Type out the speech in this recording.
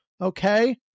okay